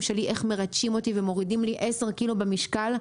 שלי איך מרטשים אותי ומורידים לי 10 קילו במשקל.